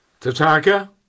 Tatanka